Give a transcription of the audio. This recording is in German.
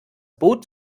boot